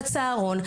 על הצהרון,